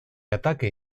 ataque